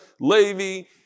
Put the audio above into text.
Levi